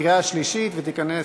בקריאה שלישית ותיכנס